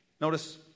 Notice